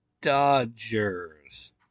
Dodgers